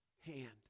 hand